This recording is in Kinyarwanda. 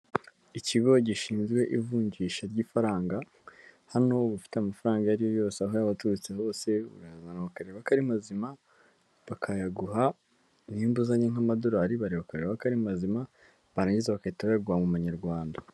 Ikigo gishinzwe ivunjisha ry'ifaranga, naho ubafite amafaranga ayo ari yo yose, aho abaturutse hose, urayazana bakareba ko ari mazima, bakayaguha nimba uzanye nk'amadorari, bareba bakareba ko ari mazima, barangiza bagahita bayaguha mu manyarwanda.